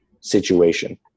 situation